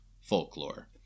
folklore